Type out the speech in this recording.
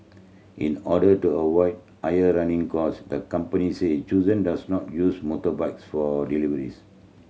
in order to avoid air running cost the company say does not use motorbikes for deliveries